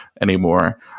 anymore